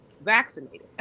vaccinated